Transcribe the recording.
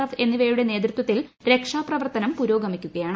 F എന്നിവയുടെ നേതൃത്വത്തിൽ രക്ഷാ പ്രവർത്തനം പുരോഗമിക്കുകയാണ്